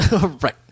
Right